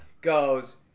Goes